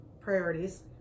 priorities